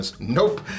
nope